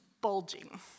bulging